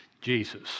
Jesus